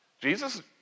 Jesus